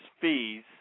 fees